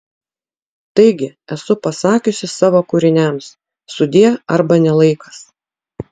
taigi esu pasakiusi savo kūriniams sudie arba ne laikas